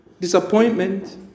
disappointment